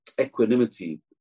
equanimity